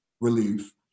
relief